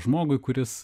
žmogui kuris